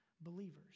believers